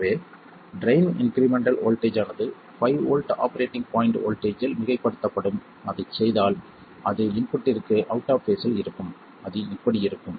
எனவே drain incremental voltage ஆனது 5 volt operating point வோல்ட்டேஜ்ஜில் மிகைப்படுத்தப்படும் அதைச் செய்தால் அது இன்புட்டிற்கு அவுட் ஆப் பேஸில் இருக்கும் அது இப்படி இருக்கும்